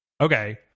okay